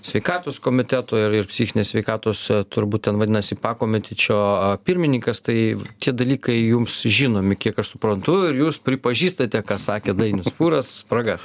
sveikatos komiteto ir psichinės sveikatos turbūt ten vadinasi pakomitečio pirmininkas tai tie dalykai jums žinomi kiek aš suprantu ir jūs pripažįstate ką sakė dainius pūras spraga